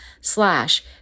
slash